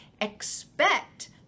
expect